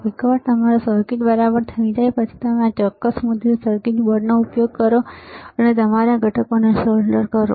એકવાર તમારું સર્કિટ બરાબર થઈ જાય પછી તમે આ ચોક્કસ મુધ્રિત સર્કિટ બોર્ડનો ઉપયોગ કરો અને તમારા ઘટકોને સોલ્ડર કરો